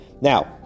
now